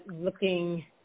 looking